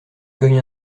cogne